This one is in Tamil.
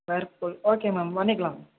வேர்பூல் ஓகே மேம் பண்ணிக்கலாம்